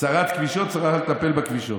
שרת כבישות צריכה לטפל בכבישות.